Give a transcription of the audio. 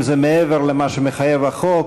אם זה מעבר למה שמחייב החוק,